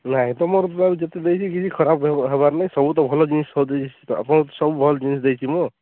ଏ item ମୋର ଯୁଆଡ଼େ ଯେତେ ଦେଇଛି କିଛି ଖରାପ ହେବାର ନାହିଁ ସବୁ ତ ଭଲ ଜିନିଷ ଦେଇଛି ମୁଁ ସବୁ ଭଲ ଜିନିଷ ଦେଇଛି ମୁଁ